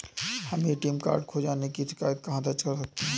हम ATM card खो जाने की शिकायत कहाँ दर्ज कर सकते हैं?